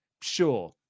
Sure